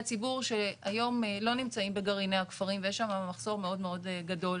ציבור שהיום לא נמצאים בגרעיני הכפרים ויש שם מחסור מאוד מאוד גדול.